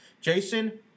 Jason